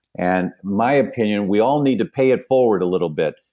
and my opinion, we all need to pay it forward a little bit.